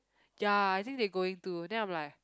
ya I think they going to then I'm like